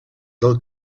del